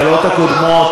הקודמות,